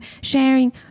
sharing